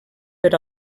per